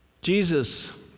Jesus